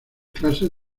clases